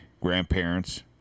grandparents